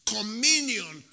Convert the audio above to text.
Communion